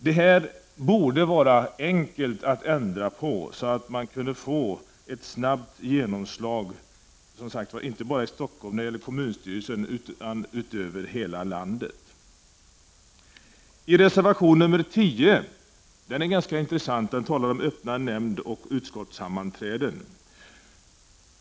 Detta borde vara enkelt att ändra på, så att man kunde få ett snabbt genomslag, inte bara i Stockholm, utan över hela landet, Reservation nr 10 är ganska intressant. Där talas om öppna nämndoch utskottssammanträden.